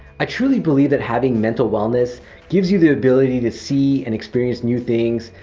i truly believe that having mental wellness gives you the ability to see and experience new things,